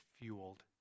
Fueled